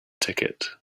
ticket